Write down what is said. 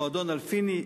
מועדון אלפיני,